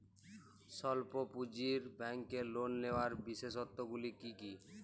স্বল্প পুঁজির ব্যাংকের লোন নেওয়ার বিশেষত্বগুলি কী কী?